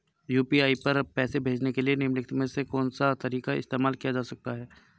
UPI पर पैसे भेजने के लिए निम्नलिखित में से कौन सा तरीका इस्तेमाल किया जा सकता है?